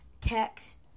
text